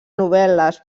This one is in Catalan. novel·les